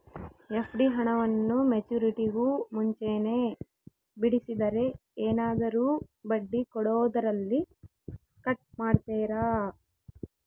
FD ಹಣವನ್ನು ಮೆಚ್ಯೂರಿಟಿಗೂ ಮುಂಚೆನೇ ಬಿಡಿಸಿದರೆ ಏನಾದರೂ ಬಡ್ಡಿ ಕೊಡೋದರಲ್ಲಿ ಕಟ್ ಮಾಡ್ತೇರಾ?